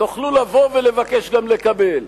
תוכלו לבוא ולבקש וגם לקבל.